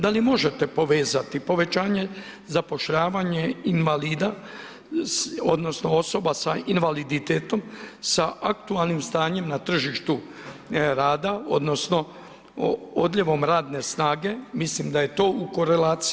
Da li možete povezati povećanje zapošljavanja invalida odnosno osoba sa invaliditetom sa aktualnim stanjem na tržištu rada odnosno odljevom radne snage, mislim da je to u korelaciji?